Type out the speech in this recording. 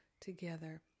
together